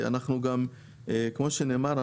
כמו שנאמר,